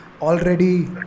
already